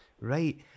Right